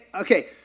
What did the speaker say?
Okay